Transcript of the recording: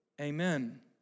Amen